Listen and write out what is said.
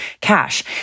cash